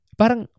parang